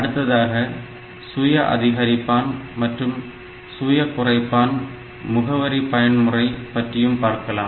அடுத்ததாக சுய அதிகரிப்பான் மற்றும் சுய குறைப்பான் முகவரி பயன்முறை பற்றியும் பார்க்கலாம்